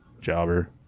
jobber